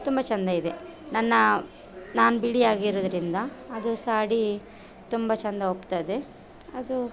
ತುಂಬ ಚೆಂದ ಇದೆ ನನ್ನ ನಾನು ಬಿಳಿಯಾಗಿರುವುದ್ರಿಂದ ಅದು ಸಾಡಿ ತುಂಬ ಚೆಂದ ಒಪ್ತದೆ ಅದು